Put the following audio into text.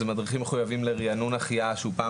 מדריכים מחויבים לריענון החייאה שהוא פעם